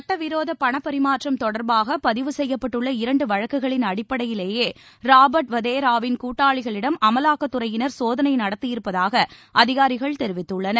சட்டவிரோதபணபரிமாற்றம் தொடர்பாகபதிவு செய்யப்பட்டுள்ள இரண்டுவழக்குகளின் அடிப்படையிலேயேராபர்ட் கூட்டாளிகளிடம் வதேராவின் அமலாக்கத்துறையினர் சோதனைநடத்தியிருப்பதாகஅதிகாரிகள் தெரிவித்துள்ளனர்